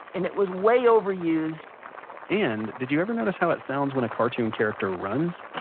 and it was way overused and did you ever notice how it sounds when a cartoon character runs?